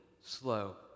slow